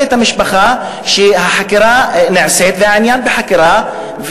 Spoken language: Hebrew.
את המשפחה שהחקירה נעשית והעניין בחקירה,